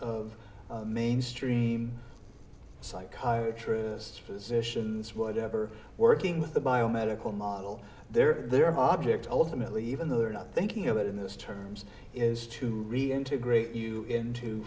of mainstream psychiatry just physicians whatever working with the biomedical model there are objects ultimately even though they're not thinking about in those terms is to reintegrate you into